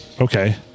Okay